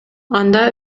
анда